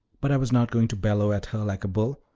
but i was not going to bellow at her like a bull,